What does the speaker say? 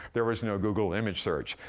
there was no google image search.